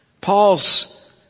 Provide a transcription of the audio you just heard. Paul's